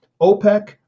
OPEC